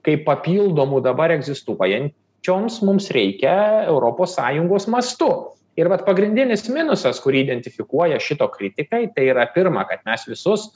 kaip papildomų dabar egzistuojančioms mums reikia europos sąjungos mastu ir vat pagrindinis minusas kurį identifikuoja šito kritikai tai yra pirma kad mes visus